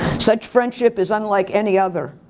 such friendship is unlike any other.